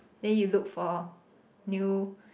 then you look for new